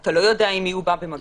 אתה לא יודע עם מי הוא בא במגע,